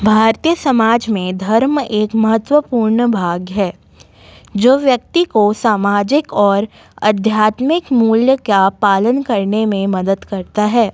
भारतीय समाज में धर्म एक महत्वपूर्ण भाग है जो व्यक्ति को सामाजिक और अध्यात्मिक मूल्य का पालन करने में मदद करता है